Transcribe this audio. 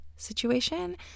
Situation